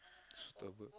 suitable